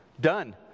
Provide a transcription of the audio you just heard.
done